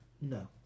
No